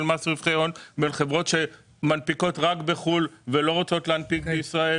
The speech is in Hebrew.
מס רווחי הון בין חברות שמנפיקות רק בחו"ל ולא רוצות להנפיק בישראל,